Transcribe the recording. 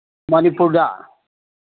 ꯃꯅꯤꯄꯨꯔꯗ